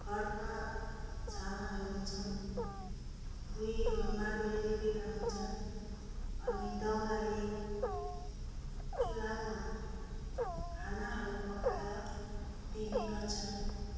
खरका छानाहरू हुन्छन् भुइँहरू माटोले लिपेका हुन्छन् अनि दाउराले चुल्हामा खानाहरू पकाएर दिने गर्छन्